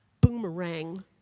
boomerang